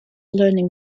learning